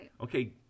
Okay